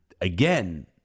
again